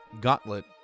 Gauntlet